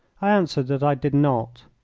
i answered that i did not.